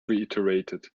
reiterated